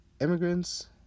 Immigrants